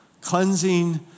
cleansing